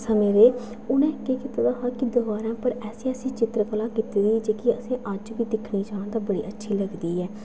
समें दे उ'नें केह् कीते हा कि मतलब दबारें पर ऐसी ऐसी चित्रकला कीती ही जेह्की अस अज्ज बी दिक्खने चाह्न तां बड़ी अच्छी लगदी ऐ